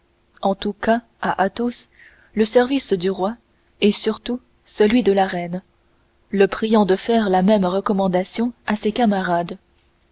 en tout cas à athos le service du roi et surtout celui de la reine le priant de faire la même recommandation à ses camarades